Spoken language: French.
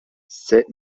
c’est